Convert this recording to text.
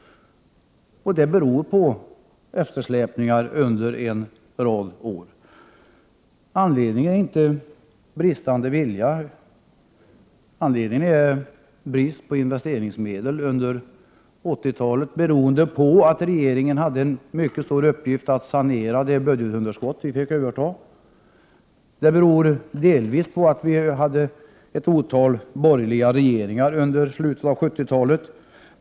Det beror på eftersläpningar under en rad av år. Anledningen är inte bristande vilja. Anledningen är brist på investeringsmedel under 80-talet, beroende på att regeringen hade en mycket stor uppgift i att sanera det budgetunderskott vi fick överta. Det beror delvis på att vi hade ett otal borgerliga regeringar under slutet av 70-talet.